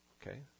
Okay